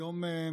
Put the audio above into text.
היום